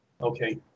Okay